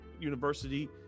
university